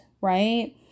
right